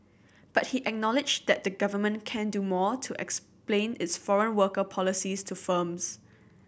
but he acknowledged that the Government can do more to explain its foreign worker policies to firms